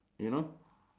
you know